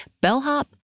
bellhop